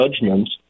judgments